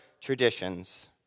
traditions